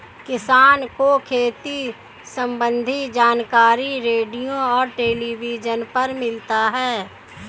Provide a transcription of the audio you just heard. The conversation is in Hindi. किसान को खेती सम्बन्धी जानकारी रेडियो और टेलीविज़न पर मिलता है